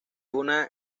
una